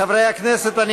חברי הכנסת, אני